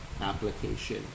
application